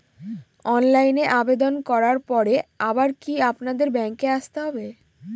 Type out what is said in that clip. অনলাইনে আবেদন করার পরে আবার কি আপনাদের ব্যাঙ্কে আসতে হবে?